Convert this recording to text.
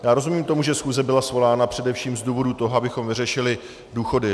Já rozumím tomu, že schůze byla svolána především z důvodu toho, abychom vyřešili důchody.